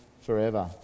forever